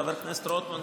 חבר הכנסת רוטמן,